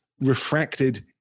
refracted